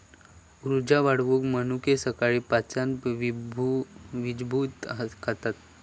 उर्जा वाढवूक मनुके सकाळी पाण्यात भिजवून खातत